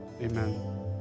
Amen